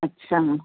अच्छा